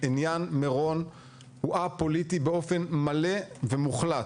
עניין מירון הוא א-פוליטי באופן מלא ומוחלט.